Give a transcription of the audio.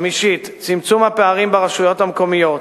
חמישית, צמצום הפערים ברשויות המקומיות,